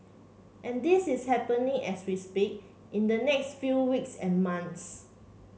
and this is happening as we speak in the next few weeks and months